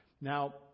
Now